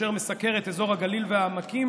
אשר מסקר את אזור הגליל והעמקים,